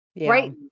Right